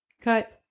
Cut